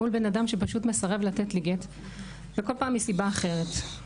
מול בן אדם שפשוט מסרב לתת לי גט וכל פעם מסיבה אחרת.